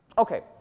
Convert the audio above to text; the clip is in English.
Okay